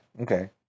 okay